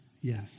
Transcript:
Yes